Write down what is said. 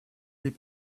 les